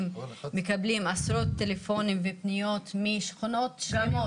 מקבלים עשרות טלפונים ופניות משכונות שלמות.